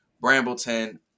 Brambleton